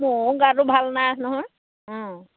মোৰ গাটো ভাল নাই নহয় অঁ